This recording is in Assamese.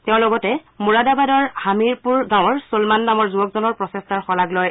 তেওঁ লগতে মোৰাদাবাদৰ হামিৰপুৰ গাঁৱৰ ছলমান নামৰ যুৱকজনৰ প্ৰচেষ্টাৰ শঁলাগ লয়